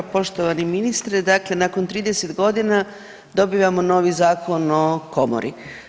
Poštovani ministre, dakle nakon 30 godina dobivamo novi zakon o komori.